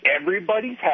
Everybody's